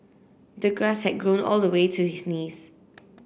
the grass had grown all the way to his knees